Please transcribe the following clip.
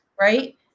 Right